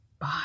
Bye